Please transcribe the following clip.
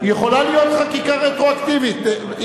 יכולה להיות חקיקה רטרואקטיבית.